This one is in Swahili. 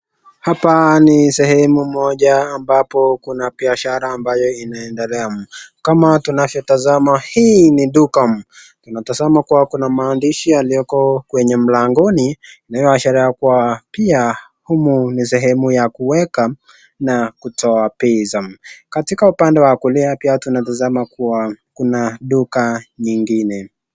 Hapa ni sehemu moja ambapo kuna biashara ambayo inaendelea. Kama tunavyotazama, hii ni duka. Tunatazama kuwa kuna maandishi yalioko kwenye mlangoni inayoashiria kuwa pia humu ni sehemu ya kuweka na kutoa pesa. Katika upande wa kulia pia tunatazama kuwa kuna duka nyingine.